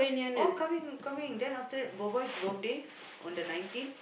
all coming coming then after that boy boy birthday on the nineteen